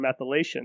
methylation